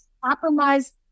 compromise